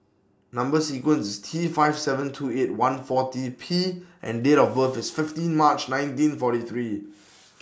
Number sequence IS T five seven two eight one forty P and Date of birth IS fifteen March nineteen forty three